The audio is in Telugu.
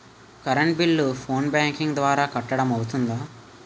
కరెంట్ బిల్లు ఫోన్ బ్యాంకింగ్ ద్వారా కట్టడం అవ్తుందా?